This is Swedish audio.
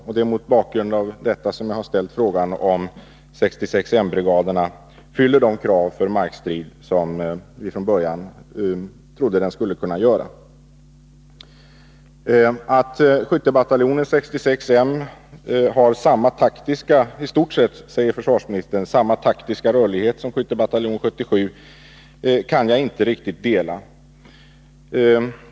Det är mot bakgrund av detta som jag har ställt frågan om 66 M-brigaderna uppfyller de krav för markstrid som vi från början trodde att de skulle kunna göra. Uppfattningen att skyttebataljon 66 M har samma — i stort sett samma, säger försvarsministern — taktiska rörlighet som skyttebataljon 77 kan jag inte riktigt dela.